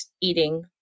eating